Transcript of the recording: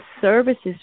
services